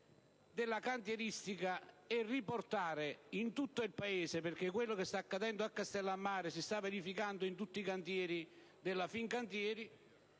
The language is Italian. della cantieristica e di riportare in tutto il Paese ‑ quanto sta accadendo a Castellammare si sta verificando in tutte le sedi della Fincantieri